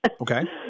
Okay